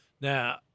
Now